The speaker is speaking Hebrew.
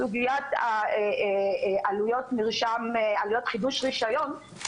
בסוגיית עלויות חידוש רישיון,